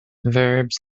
verbs